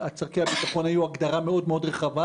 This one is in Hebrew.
"צורכי ביטחון" היה הגדרה מרחיבה,